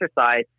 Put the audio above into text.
exercise